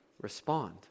respond